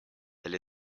elle